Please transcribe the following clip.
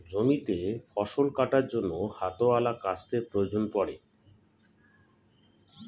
জমিতে ফসল কাটার জন্য হাতওয়ালা কাস্তের প্রয়োজন পড়ে